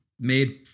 Made